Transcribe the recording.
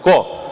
Ko?